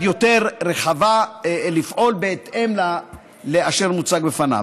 יותר רחבה לפעול בהתאם לאשר מוצג בפניו.